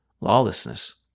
Lawlessness